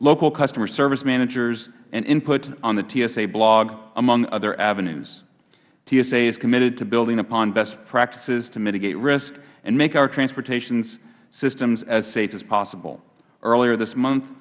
local customer service managers and input on the tsa blog among other avenues tsa is committed to building upon best practices to mitigate risk and make our transportation systems as safe as possible earlier